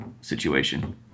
situation